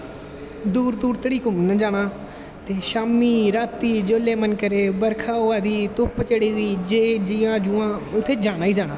दूर दूर तोड़ी घूमनें गी जाना ते शाम्मी रातीं जिसलै मन करै बरखा होआ दी धुप्प चढ़ी दी जियां जुआं उत्थें जाना ई जाना